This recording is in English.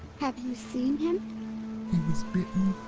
have you seen him? he was bitten